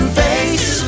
face